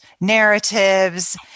narratives